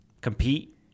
compete